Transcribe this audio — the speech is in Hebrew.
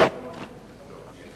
כנסת